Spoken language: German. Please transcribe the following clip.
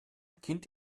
kind